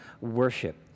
worship